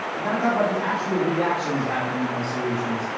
we're gonna talk about the actual reactions happening in those solutions.